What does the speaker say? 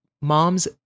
Mom's